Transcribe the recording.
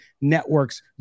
networks